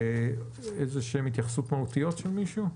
יש התייחסויות מהותיות של מישהו?